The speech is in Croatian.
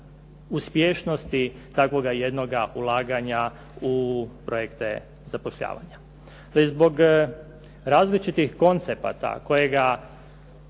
uspješnosti takvoga jednoga ulaganja u projekte zapošljavanja. Zbog različitih koncepata koji